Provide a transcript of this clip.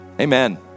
Amen